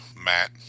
Matt